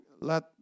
let